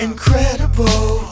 Incredible